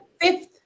Fifth